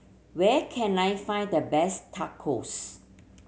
where can I find the best Tacos